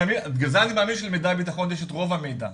בגלל זה אני מאמין שלמשרד הבטחון יש את רוב המידע.